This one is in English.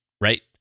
right